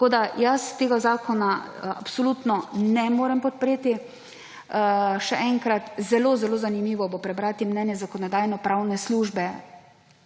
Jaz tega zakona absolutno ne morem podpreti. Še enkrat, zelo zelo zanimivo bo prebrati mnenje Zakonodajno-pravne službe.